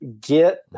get